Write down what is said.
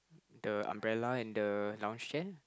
the umbrella and the lounge chair